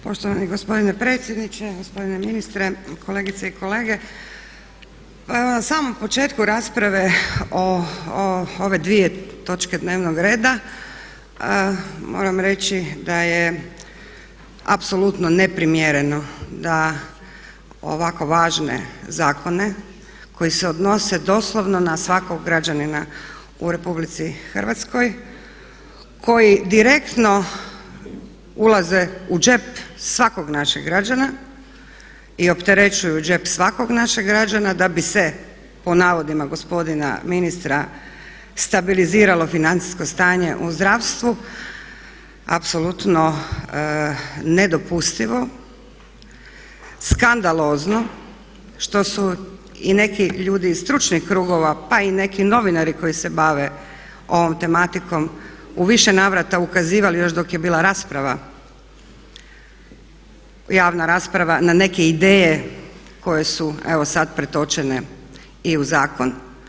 Poštovani gospodine predsjedniče, gospodine ministre, kolegice i kolege pa evo na samom početku rasprave o ove dvije točke dnevnog reda moram reći da je apsolutno neprimjereno da ovako važne zakone koji se odnose doslovno na svakog građanima u RH koji direktno ulaze u džep svakog našeg građana i opterećuju džep svakog našeg građana da bi se po navodima gospodina ministra stabiliziralo financijsko stanje u zdravstvu apsolutno nedopustivo, skandalozno što su i neki ljudi iz stručnih krugova pa i neki novinari koji se bave ovom tematikom u više navrata ukazivali još dok je bila rasprava, javna rasprava na neke ideje koje su evo sad pretočene i u zakon.